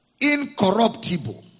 incorruptible